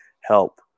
help